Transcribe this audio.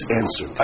answer